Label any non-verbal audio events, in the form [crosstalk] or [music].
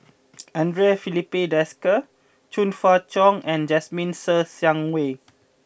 [noise] Andre Filipe Desker Chong Fah Cheong and Jasmine Ser Xiang Wei